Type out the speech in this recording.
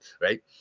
right